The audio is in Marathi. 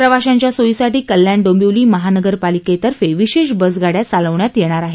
प्रवाशांच्या सोयीसाठी कल्याण डोंबिवली महानगरपालिकेतर्फे विशेष बसगाड्या चालवण्यात येणार आहेत